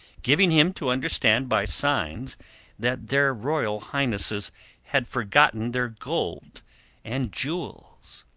giving him to understand by signs that their royal highnesses had forgotten their gold and jewels.